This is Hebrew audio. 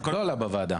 לא עלה בוועדה.